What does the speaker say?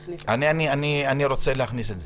כן, אני רוצה להכניס את זה.